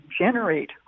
generate